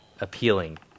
appealing